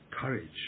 courage